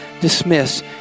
dismiss